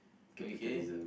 okay